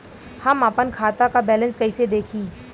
हम आपन खाता क बैलेंस कईसे देखी?